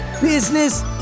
business